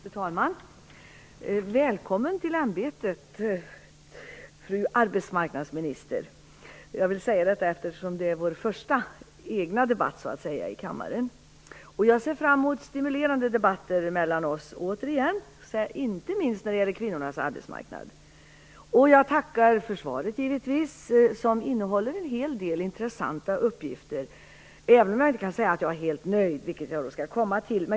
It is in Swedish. Fru talman! Välkommen till ämbetet, fru arbetsmarknadsminister! Jag vill säga detta eftersom det är vår första egna debatt i kammaren. Jag ser fram emot stimulerande debatter mellan oss, inte minst när det gäller kvinnornas arbetsmarknad. Jag tackar givetvis för svaret. Det innehåller en hel del intressanta uppgifter, även om jag inte kan säga att jag är helt nöjd, vilket jag skall återkomma till.